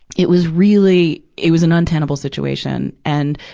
it was really, it was an untenable situation. and,